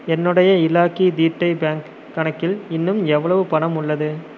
என்னுடைய இலாக்யி தேஹாதி பேங்க் கணக்கில் இன்னும் எவ்வளவு பணம் உள்ளது